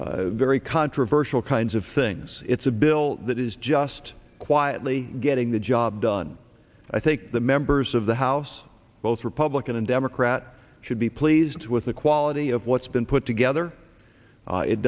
very very controversial kinds of things it's a bill that is just quietly getting the job done i think the members of the house both republican and democrat should be pleased with the quality of what's been put together